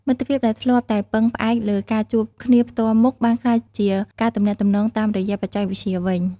មិត្តភាពដែលធ្លាប់តែពឹងផ្អែកលើការជួបគ្នាផ្ទាល់មុខបានក្លាយជាការទំនាក់ទំនងតាមរយៈបច្ចេកវិទ្យាវិញ។